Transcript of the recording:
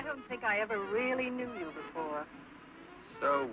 i don't think i ever really knew you before so